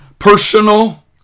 personal